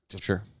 Sure